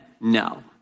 no